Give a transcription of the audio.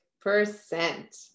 percent